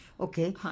Okay